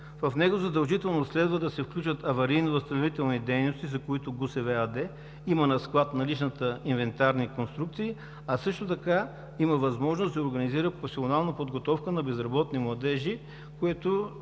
В него задължително следва да се включат аварийно-възстановителни дейности, за които ГУСВ АД има на склад наличната инвентарна и конструкции, а също така има възможност да се организира професионална подготовка на безработни младежи,